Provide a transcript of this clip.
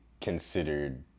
considered